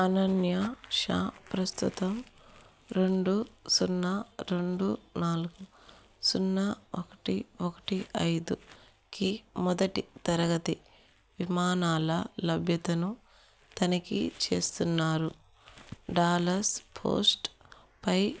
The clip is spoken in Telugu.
అనన్య షా ప్రస్తుతం రెండు సున్నా రెండు నాలుగు సున్నా ఒకటి ఒకటి ఐదు కి మొదటి తరగతి విమానాల లభ్యతను తనిఖీ చేస్తున్నారు డాలస్ పోస్ట్పై